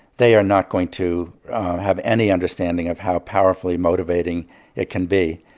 they are not going to have any understanding of how powerfully motivating it can be.